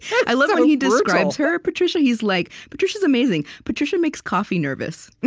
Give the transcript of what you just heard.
yeah i love how he describes her patricia. he's like, patricia's amazing. patricia makes coffee nervous.